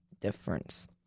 difference